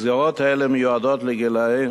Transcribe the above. מסגרות אלה מיועדות לגילאי